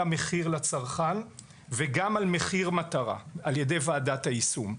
המחיר לצרכן וגם על מחיר מטרה ע"י ועדת היישום.